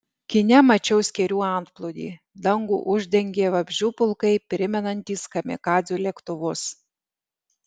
kine mačiau skėrių antplūdį dangų uždengė vabzdžių pulkai primenantys kamikadzių lėktuvus